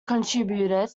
contributed